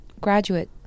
graduate